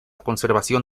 conservación